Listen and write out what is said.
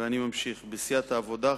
ואני ממשיך: בסיעת העבודה,